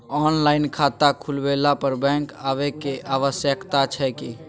Online खाता खुलवैला पर बैंक आबै के आवश्यकता छै की?